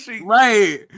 Right